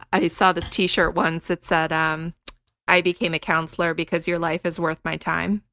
i saw this tee shirt once that said, um i became a counselor because your life is worth my time.